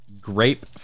grape